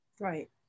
right